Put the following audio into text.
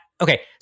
Okay